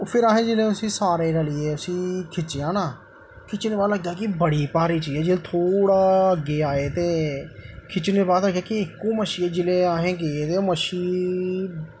ओह् फिर जिसलै सारें रलियै उसी खिच्चेआ ना खिच्चने दे बाद लग्गेआ कि बड़ी भारी चीज़ ऐ जिसलै थोह्ड़ा अग्गें आए ते खिच्चने दे बाद लग्गा कि इक्को मच्छी ऐ जिसली असें गे ते मच्छी